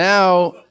Now